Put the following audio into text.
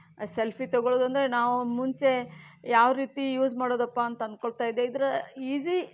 selfie ತೊಗೊಳ್ಳೋದಂದ್ರೆ ನಾವು ಮುಂಚೆ ಯಾವ ರೀತಿ ಯೂಸ್ ಮಾಡೋದಪ್ಪ ಅಂತ ಅನ್ಕೊಳ್ತಾಯಿದ್ದೆ ಇದರ ಈಝಿ